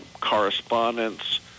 correspondence